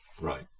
Right